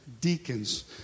deacons